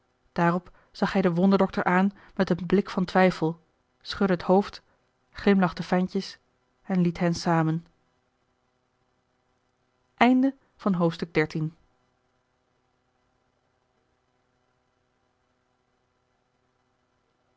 daarop zag hij den wonderdokter aan met een blik van twijfel schudde het hoofd glimlachte fijntjes en liet hen samen